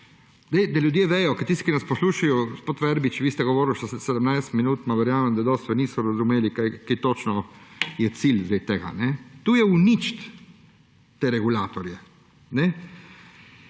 Da ljudje vedo. Ker tisti, ki vas poslušajo, gospod Verbič, vi ste govoril sedemnajst minut, verjamem, da dosti niso razumeli, kaj točno je zdaj cilj tega. To je uničiti te regulatorje.